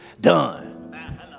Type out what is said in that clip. Done